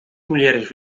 mulheres